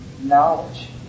knowledge